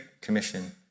Commission